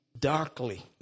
darkly